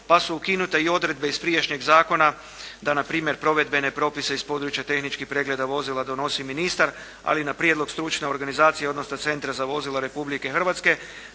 pa su ukinute i odredbe iz prijašnjeg zakona da npr. provedbene propise iz područja tehničkih pregleda vozila donosi ministar, ali na prijedlog stručne organizacije, odnosno Centra za vozila Republike Hrvatske,